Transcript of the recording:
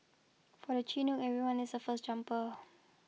for the Chinook everyone is a first jumper